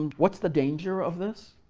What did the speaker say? and what's the danger of this,